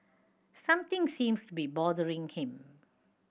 something seems to be bothering him